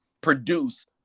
produce